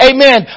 Amen